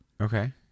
Okay